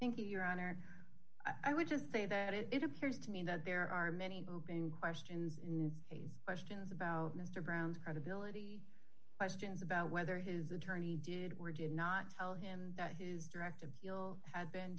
you your honor i would just say that it appears to me that there are many open questions in these questions about mr brown's credibility questions about whether his attorney did or did not tell him that his direct appeal had been